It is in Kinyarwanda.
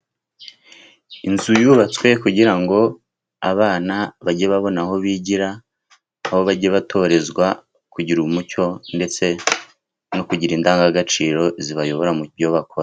Inzu yubatswe kugira ngo abana bajye babona aho bigira, aho bajya batorezwa kugira umuco ndetse no kugira indangagaciro zibayobora mu byo bakora.